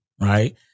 right